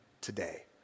today